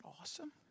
awesome